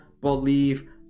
believe